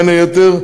בין היתר,